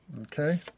Okay